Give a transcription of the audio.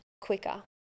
quicker